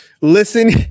Listen